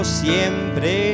siempre